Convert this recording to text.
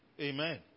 Amen